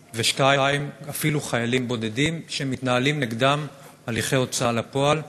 2. חיילים בודדים שמתנהלים נגדם הליכי הוצאה לפועל.